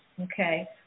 Okay